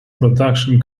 production